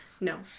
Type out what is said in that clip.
no